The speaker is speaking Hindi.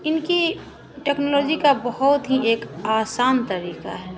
इनकी टेक्नोलॉजी का बहुत ही एक आसान तरीक़ा है